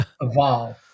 evolve